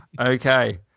Okay